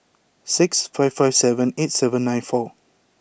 six five five seven eight seven nine four